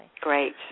Great